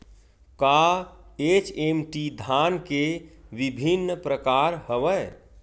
का एच.एम.टी धान के विभिन्र प्रकार हवय?